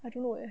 I don't know eh